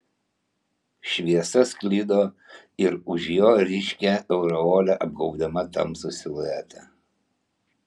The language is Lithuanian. šviesa sklido ir už jo ryškia aureole apgaubdama tamsų siluetą